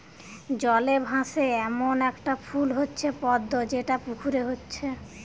জলে ভাসে এ্যামন একটা ফুল হচ্ছে পদ্ম যেটা পুকুরে হচ্ছে